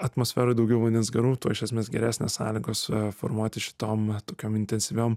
atmosferoj daugiau vandens garų tuo iš esmės geresnės sąlygos formuotis šitom tokiom intensyviom